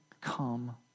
come